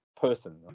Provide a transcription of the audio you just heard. person